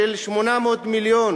של 800 מיליון